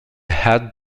had